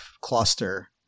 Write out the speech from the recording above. cluster